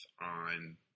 on